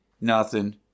Nothing